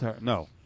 No